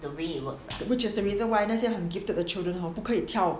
which is the reason why 很 gifted 的 children hor 不可以跳